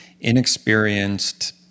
inexperienced